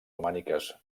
romàniques